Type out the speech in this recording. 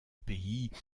pays